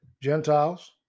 Gentiles